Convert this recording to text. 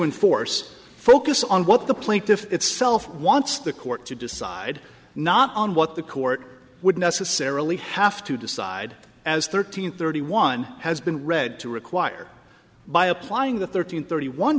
enforce focus on what the plaintiff itself wants the court to decide not on what the court would necessarily have to decide as thirteen thirty one has been read to require by applying the thirteen thirty one